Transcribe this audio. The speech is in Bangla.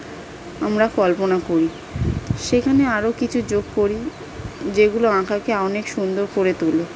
আমরা কল্পনা করি সেখানে আরো কিছু যোগ করি যেগুলো আঁকাকে অনেক সুন্দর করে তোলে